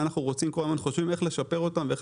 אנחנו רוצים וכל הזמן חושבים איך לשפר אותם ואיך